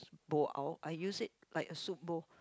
bowl out I use it like a soup bowl